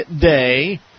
Day